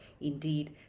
Indeed